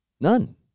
None